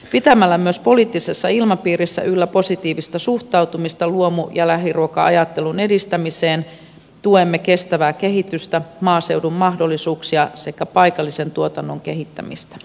pitämällä myös poliittisessa ilmapiirissä yllä positiivista suhtautumista luomu ja lähiruoka ajattelun edistämiseen tuemme kestävää kehitystä maaseudun mahdollisuuksia sekä paikallisen tuotannon kehittämistä